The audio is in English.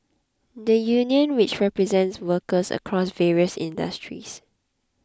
the union which represents workers across various industries